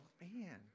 Man